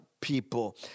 people